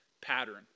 pattern